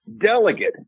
delegate